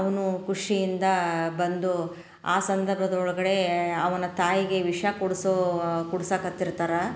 ಅವನು ಖುಷಿಯಿಂದ ಬಂದು ಆ ಸಂದರ್ಭದೊಳ್ಗಡೆ ಅವನ ತಾಯಿಗೆ ವಿಷ ಕುಡಿಸೋ ಕುಡ್ಸಾಕತ್ತಿರ್ತಾರೆ